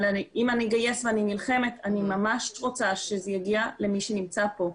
אבל אם אני אגייס ואני נלחמת אני ממש רוצה שזה יגיע למי שנמצא פה.